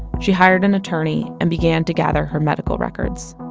she hired an attorney and began to gather her medical records